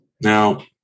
now